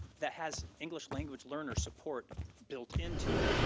that has english language learner support built into it.